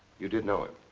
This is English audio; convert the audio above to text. you did know him.